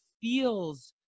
feels